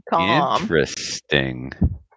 interesting